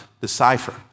decipher